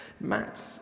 Matt